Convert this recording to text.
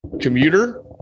commuter